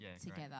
together